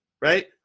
Right